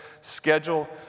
schedule